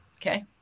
okay